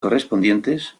correspondientes